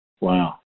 Wow